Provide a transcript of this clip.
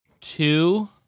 two